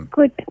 Good